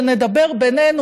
כשנדבר בינינו,